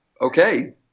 Okay